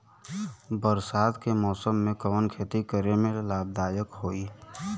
बरसात के मौसम में कवन खेती करे में लाभदायक होयी?